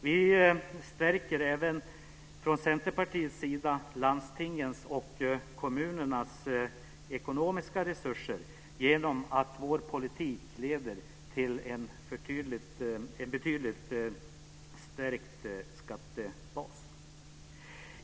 Vi stärker från Centerpartiets sida även landstingens och kommunernas ekonomiska resurser genom att vår politik ger en förbättrad skattebas.